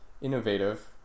innovative